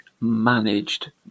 managed